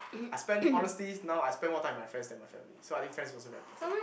I spend honestly now I spend more time with my friends than my family so I think friends also very important